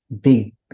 big